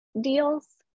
deals